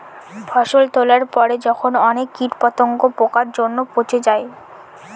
ফসল তোলার পরে যখন অনেক কীট পতঙ্গ, পোকার জন্য পচে যায়